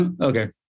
Okay